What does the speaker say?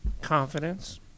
Confidence